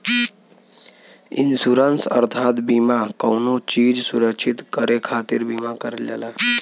insurance अर्थात बीमा कउनो चीज सुरक्षित करे खातिर बीमा करल जाला